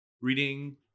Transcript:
reading